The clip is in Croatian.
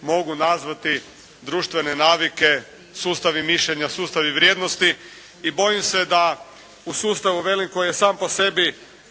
mogu nazvati neke društvene navike, sustavi mišljenja, sustavi vrijednosti i bojim se da u sustavu koji je sam po sebi